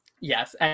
Yes